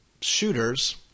shooters